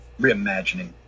reimagining